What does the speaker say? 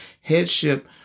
headship